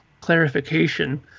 clarification